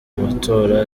amatora